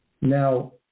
Now